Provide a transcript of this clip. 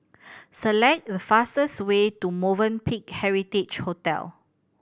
select the fastest way to Movenpick Heritage Hotel